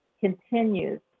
continues